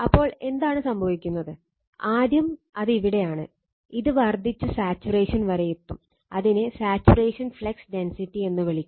അപ്പോൾ എന്താണ് സംഭവിക്കുന്നത് ആദ്യം അത് ഇവിടെയാണ് ഇത് വർദ്ധിച്ചു സാച്ചുറേഷൻ വരെ എത്തും അതിനെ സാച്ചുറേഷൻ ഫ്ലക്സ് ഡെൻസിറ്റി എന്ന് വിളിക്കും